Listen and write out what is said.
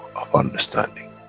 of understanding